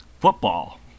football